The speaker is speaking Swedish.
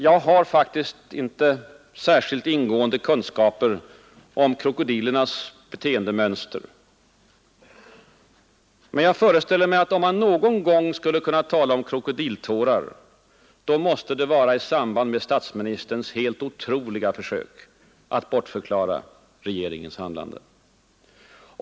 Jag har faktiskt inte särskilt ingående kunskaper om krokodilernas beteendemönster. Men jag föreställer mig att om man någon gång skulle kunna tala om krokodiltårar, då måste det vara i samband med statsministerns helt otroliga försök att bortförklara regeringens handlande.